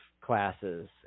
classes